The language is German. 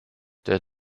der